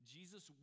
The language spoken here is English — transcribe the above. Jesus